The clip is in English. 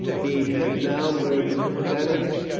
he has now murdered britannicus,